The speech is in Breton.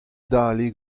dale